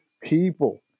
people